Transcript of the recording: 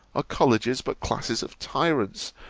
are colleges, but classes of tyrants,